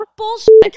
bullshit